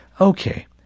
okay